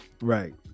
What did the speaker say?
right